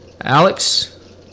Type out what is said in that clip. Alex